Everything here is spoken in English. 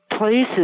places